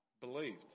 believed